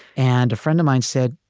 and a friend of mine said,